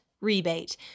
rebate